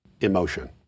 emotion